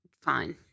fine